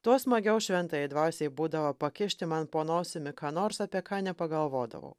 tuo smagiau šventajai dvasiai būdavo pakišti man po nosimi ką nors apie ką nepagalvodavau